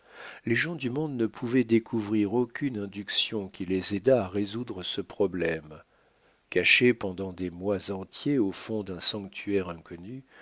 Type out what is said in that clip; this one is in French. les gens du monde ne pouvaient découvrir aucune induction qui les aidât à résoudre ce problème caché pendant des mois entiers au fond d'un sanctuaire inconnu